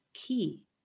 key